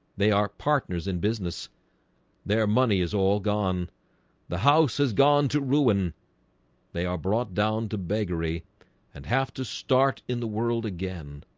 they are partners in business their money is all gone the house has gone to ruin they are brought down to beggary and have to start in the world again